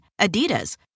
Adidas